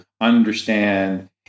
understand